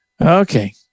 Okay